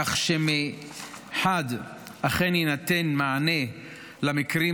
כך שמחד גיסא אכן יינתן מענה למקרים